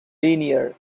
linear